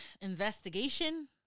investigation